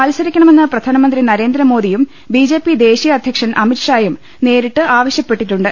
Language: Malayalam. മത്സരിക്കണമെന്ന് പ്രധാനമന്ത്രി നരേന്ദ്രമോദിയും ബിജെപി ദേശീയ അധ്യക്ഷൻ അമിത്ഷായും നേരിട്ട് ആവശ്യപ്പെട്ടിട്ടുണ്ട്